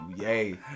Yay